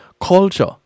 culture